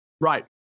right